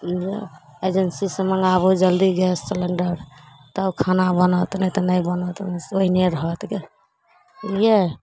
इहो एजेन्सीसे मँगाबू जल्दी गैस सिलेण्डर तब खाना बनत नहि तऽ नहि बनत ओ ओहिने रहत गे सुनलिए